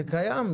זה קיים,